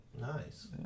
nice